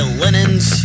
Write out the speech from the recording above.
linens